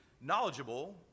knowledgeable